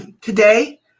Today